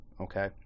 Okay